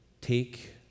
take